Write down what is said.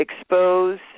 Expose